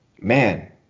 man